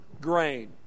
grain